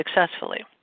successfully